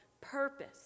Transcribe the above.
purpose